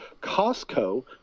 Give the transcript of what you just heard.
Costco